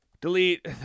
delete